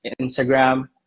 instagram